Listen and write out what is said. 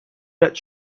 back